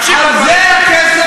תקשיב לדברים